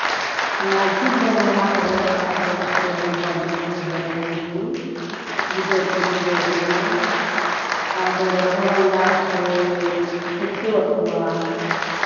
ᱱᱟᱭᱠᱮ ᱡᱚᱢ ᱞᱟᱦᱟ ᱯᱚᱨ ᱟᱫᱚ ᱟᱹᱛᱩ ᱨᱮᱱ ᱦᱮᱲ ᱫᱚᱠᱚ ᱦᱮᱡ ᱮᱱ ᱜᱮ ᱜᱤᱫᱟᱹᱨ ᱠᱚ ᱯᱤᱫᱟᱹᱨ ᱠᱚ ᱟᱫᱚ ᱦᱚᱞᱚᱝ ᱫᱟᱜ ᱠᱚ ᱪᱷᱤᱴᱠᱟᱹᱣᱟᱠᱚᱣᱟ